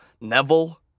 Neville